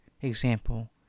example